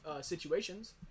situations